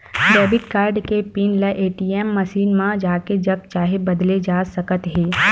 debit card के PIN ल ATM machine म जाके जब चाहे बदले जा सकत हे